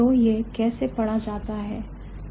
तो यह कैसे पढ़ा जाता है